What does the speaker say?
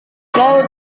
laut